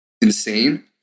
insane